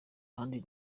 ahandi